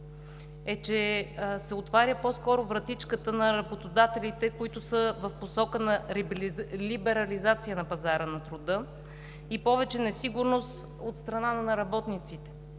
е, че се отваря по-скоро вратичката на работодателите, които са в посока на либерализация на пазара на труда и повече несигурност от страна на работниците.